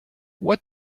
what